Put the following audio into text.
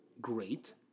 Great